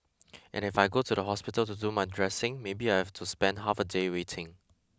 and if I go to the hospital to do my dressing maybe I have to spend half a day waiting